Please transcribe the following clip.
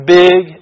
big